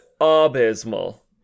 abysmal